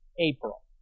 April